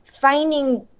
finding